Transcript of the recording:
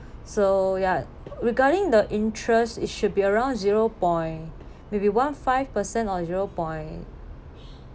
so ya regarding the interest it should be around zero point maybe one five percent or zero point